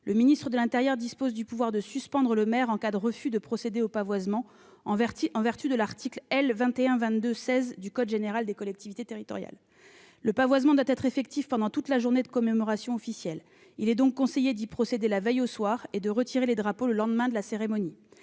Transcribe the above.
Le ministre de l'intérieur dispose du pouvoir de suspendre le maire en cas de refus de procéder au pavoisement, en vertu de l'article L. 2122-16 du code général des collectivités territoriales. Le pavoisement doit être effectif pendant toute la journée de commémoration officielle ; aussi, il est conseillé d'y procéder la veille au soir et de retirer les drapeaux le lendemain de la cérémonie.